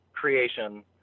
creation